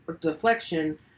deflection